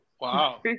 Wow